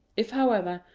if, however,